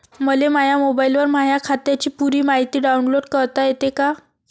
मले माह्या मोबाईलवर माह्या खात्याची पुरी मायती डाऊनलोड करता येते का?